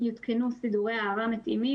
יותקנו סידורי הארה מתאימים,